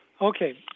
Okay